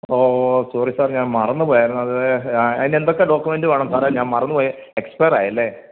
ഓ sorry sir ഞാൻ മറന്ന് പോയായിരുന്നു അത് ആ അതിൻ്റെ എന്തൊക്കെ ഡോക്യൂമെൻറ്റ് വേണം സാറേ ഞാൻ മറന്ന് പോയി എക്സ്പെയറായല്ലേ